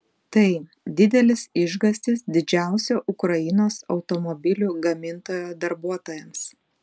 tai didelis išgąstis didžiausio ukrainos automobilių gamintojo darbuotojams